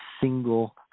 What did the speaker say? single